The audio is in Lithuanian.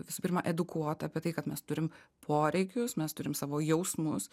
visų pirma edukuot apie tai kad mes turim poreikius mes turim savo jausmus